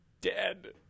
dead